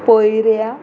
पोयऱ्या